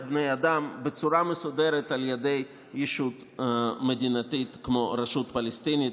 בני אדם בצורה מסודרת על ידי ישות מדינתית כמו הרשות הפלסטינית,